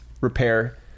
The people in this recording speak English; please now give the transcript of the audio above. repair